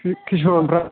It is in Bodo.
खिसुमानफ्रा